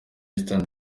eastern